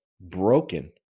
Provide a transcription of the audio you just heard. broken